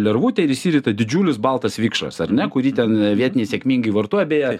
lervutę ir išsirita didžiulis baltas vikšras ar ne kurį ten vietiniai sėkmingai vartoja beje